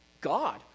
God